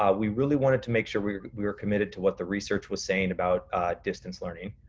ah we really wanted to make sure we were we were committed to what the research was saying about distance learning.